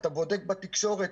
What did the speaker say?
אתה בודק בתקשורת,